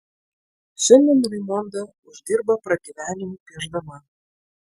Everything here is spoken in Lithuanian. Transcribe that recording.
šiandien raimonda uždirba pragyvenimui piešdama